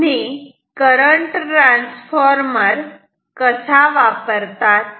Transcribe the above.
तुम्ही current transformer कसा वापरतात